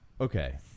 okay